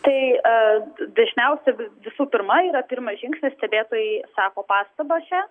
tai a dažniausiai visų pirma yra pirmas žingsnis stebėtojai sako pastabas